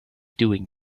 doing